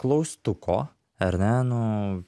klaustuko ar ne nu